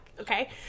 okay